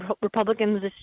Republicans